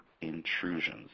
intrusions